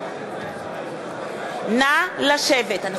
הטקס מתחיל, נא לשבת.